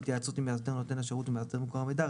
בהתייעצות עם מאסדר נותן השירות ומאסדר מקור המידע,